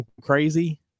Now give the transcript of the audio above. crazy